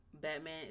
Batman